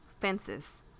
fences